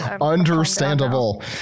Understandable